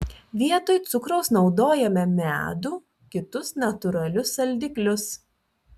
vietoj cukraus naudojame medų kitus natūralius saldiklius